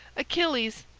achilles,